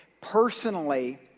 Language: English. personally